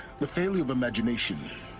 the failure of imagination.